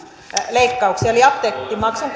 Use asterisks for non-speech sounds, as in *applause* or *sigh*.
leikkauksia eli apteekkimaksun *unintelligible*